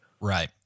Right